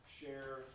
share